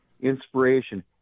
inspiration